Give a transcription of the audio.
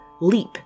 leap